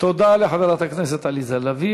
תודה לחברת הכנסת עליזה לביא.